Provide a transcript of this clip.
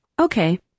Okay